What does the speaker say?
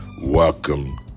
Welcome